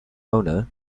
owner